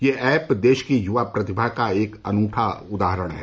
यह ऐप देश की युवा प्रतिभा का एक अनूठा उदाहरण है